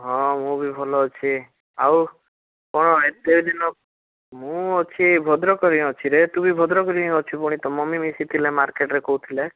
ହଁ ମୁଁ ବି ଭଲ ଅଛି ଆଉ କ'ଣ ଏତେ ଦିନ ମୁଁ ଅଛି ଭଦ୍ରକରେ ହିଁ ଅଛିରେ ତୁ ବି ଭଦ୍ରକରେ ହିଁ ଅଛୁ ପୁଣି ତୋ ମମି ମିଶିଥିଲେ ମାର୍କେଟରେ କହୁଥିଲେ